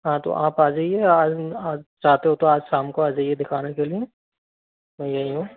हाँ तो आप आ जाइए आज ही आज चाहते हो तो आज शाम को आ जाइए दिखाने के लिए मैं यहीं हूँ